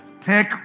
Take